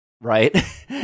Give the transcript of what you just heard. right